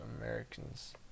Americans